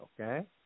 Okay